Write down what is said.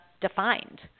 defined